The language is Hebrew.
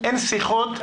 אין שיחות,